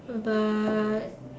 but